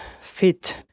fit